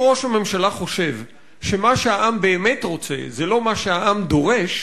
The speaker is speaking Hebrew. אם ראש הממשלה חושב שמה שהעם באמת רוצה זה לא מה שהעם דורש,